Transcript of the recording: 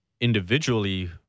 individually